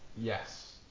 Yes